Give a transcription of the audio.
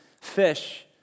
fish